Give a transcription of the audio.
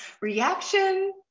Reaction